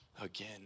again